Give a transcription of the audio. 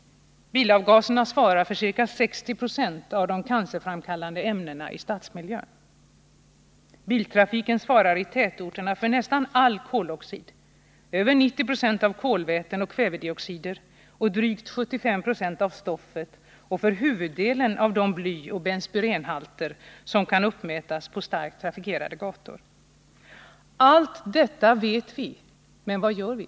Bilavgaserna svarar för ca 60 70 av de cancerframkallande ämnena i stadsmiljön. Biltrafiken svarar i tätorterna för nästan all koloxid, för över 90 Jo av kolvätena och kväveoxiderna, för drygt 75 90 av stoftet och för huvuddelen av de blyoch benspyrenhalter som kan uppmätas på starkt trafikerade gator. Allt detta vet vi, men vad gör vi?